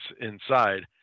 inside